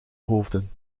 hoofden